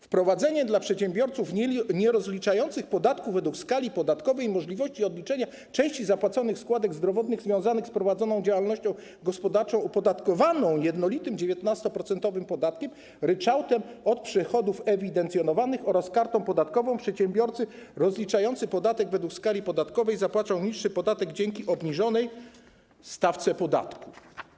Wprowadzenie dla przedsiębiorców nierozliczających podatku według skali podatkowej możliwości odliczania części zapłaconych składek zdrowotnych związanych z prowadzoną działalnością gospodarczą opodatkowaną jednolitym 19-procentowym podatkiem, ryczałtem od przychodów ewidencjonowanych oraz kartą podatkową - przedsiębiorcy rozliczający podatek według skali podatkowej zapłacą niższy podatek dzięki obniżonej stawce podatku.